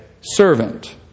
servant